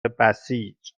بسیج